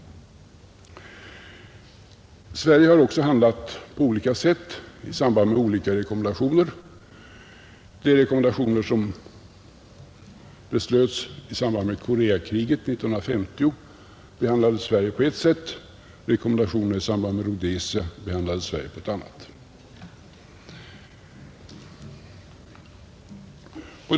Sverige har också handlat på olika sätt i samband med olika rekommendationer. De rekommendationer som beslöts i samband med Koreakriget 1950 behandlade Sverige på ett sätt, rekommendationer i samband med Rhodesia behandlade Sverige på ett annat sätt.